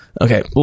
okay